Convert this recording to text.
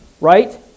right